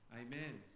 amen